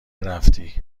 رفتی